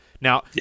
Now